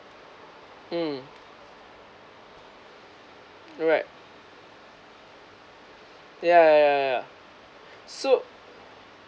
mm alright yeah yeah yeah yeah yeah yeah so